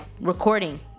recording